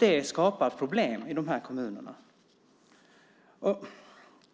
Det skapar problem i de kommunerna.